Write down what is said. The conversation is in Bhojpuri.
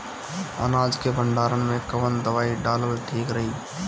अनाज के भंडारन मैं कवन दवाई डालल ठीक रही?